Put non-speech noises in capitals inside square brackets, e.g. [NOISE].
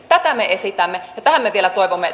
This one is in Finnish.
tätä me esitämme ja tähän me vielä toivomme [UNINTELLIGIBLE]